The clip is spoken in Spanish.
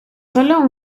sólo